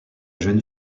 jeune